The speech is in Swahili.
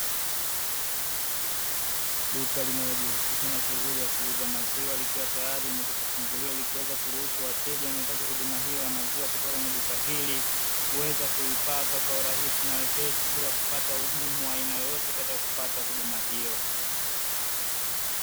Duka linalojihusisha na shughuli ya kuuza maziwa likiwa tayari limekwishafunguliwa likiweza kuruhusu wateja wanaohitaji huduma hiyo ya maziwa kutoka kwenye duka hili, kuweza kuipata kwa urahisi na wepesi bila kupata ugumu wa aina yoyote katika kupata huduma hiyo.